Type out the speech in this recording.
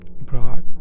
brought